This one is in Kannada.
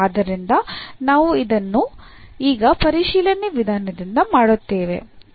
ಆದ್ದರಿಂದ ನಾವು ಇದನ್ನು ಈಗ ಪರಿಶೀಲನೆ ವಿಧಾನದಿಂದ ಮಾಡುತ್ತೇವೆ